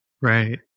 right